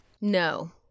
No